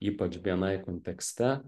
ypač bni kontekste